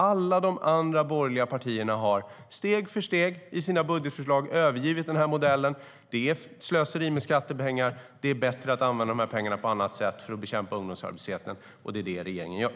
Alla andra borgerliga partier har steg för steg i sina budgetförslag övergivit den här modellen. Det är ett slöseri med skattepengar, det är bättre att använda dem på annat sätt för att bekämpa ungdomsarbetslösheten, och det är det som regeringen gör.